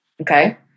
Okay